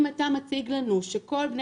אם אתה מציג לנו שכל בני